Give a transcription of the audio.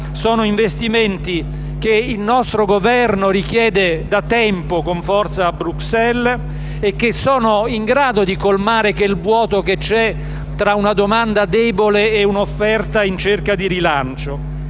Sono investimenti che il nostro Governo richiede da tempo con forza a Bruxelles e che sono in grado di colmare il vuoto che c'è tra una domanda debole e un'offerta in cerca di rilancio.